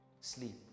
sleep